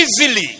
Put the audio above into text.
easily